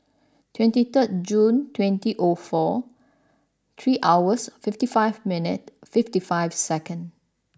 twenty third June twenty O four three hours fifty five minute fifty five second